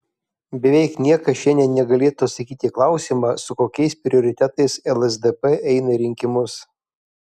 beveik niekas šiandien negalėtų atsakyti į klausimą su kokiais prioritetais lsdp eina į rinkimus